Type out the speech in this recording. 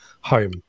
home